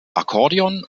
akkordeon